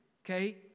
Okay